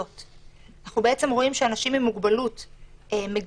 אנחנו בעצם רואים שאנשים עם מוגבלות מגישים